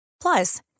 Plus